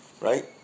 Right